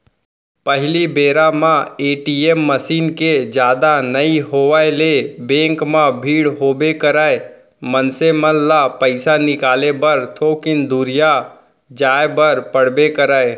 पहिली बेरा म ए.टी.एम मसीन के जादा नइ होय ले बेंक म भीड़ होबे करय, मनसे मन ल पइसा निकाले बर थोकिन दुरिहा जाय बर पड़बे करय